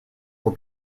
will